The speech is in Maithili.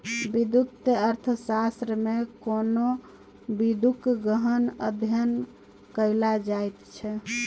वित्तीय अर्थशास्त्रमे कोनो बिंदूक गहन अध्ययन कएल जाइत छै